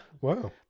Wow